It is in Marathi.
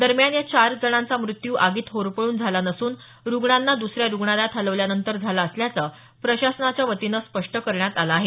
दरम्यान या चार जणांचा मृत्यू आगीत होरपळून झाला नसून रुग्णांना दुसऱ्या रुग्णालयात हलवल्यानंतर झाला असल्याचं प्रशासनाच्या वतीने स्पष्ट करण्यात आलं आहे